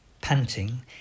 Panting